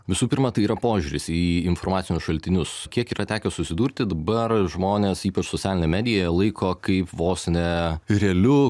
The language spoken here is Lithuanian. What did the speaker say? visų pirma tai yra požiūris į informacinius šaltinius kiek yra tekę susidurti dabar žmonės ypač socialinė medija laiko kaip vos ne realiu